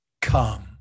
come